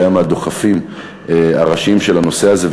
שהיה מהדוחפים הראשיים של הנושא הזה.